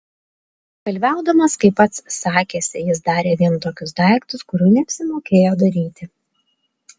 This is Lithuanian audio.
kalviaudamas kaip pats sakėsi jis darė vien tokius daiktus kurių neapsimokėjo daryti